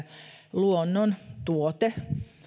luonnontuote